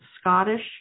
Scottish